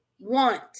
want